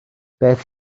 beth